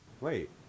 Wait